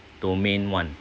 domain one